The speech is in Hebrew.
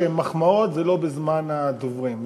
שמחמאות זה לא בזמן הדוברים,